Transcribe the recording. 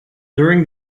during